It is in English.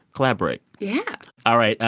collaborate yeah all right,